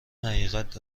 حقیقت